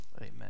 amen